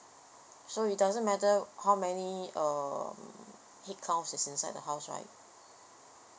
so it doesn't matter how many err head counts is inside the house right